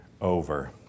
over